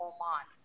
Oman